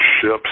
ships